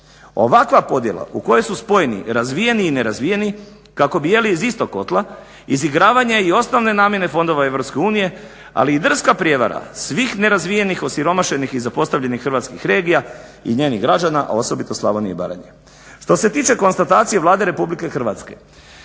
Ovakva podjela u kojoj su spojeni razvijeni i nerazvijeni kako bi jeli iz istog kotla izigravanja i osnovne namjene fondova EU, ali i drska prijevara svih nerazvijenih, osiromašenih i zapostavljenih hrvatskih regija i njenih građana, a osobito Slavonije i Baranje. Što se tiče konstatacije Vlade RH kako